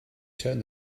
turned